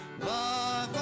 Love